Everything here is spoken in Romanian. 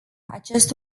acest